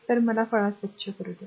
तर मला फळा स्वच्छ करू द्या